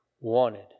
wanted